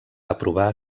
aprovar